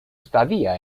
estadía